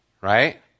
right